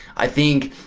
i think,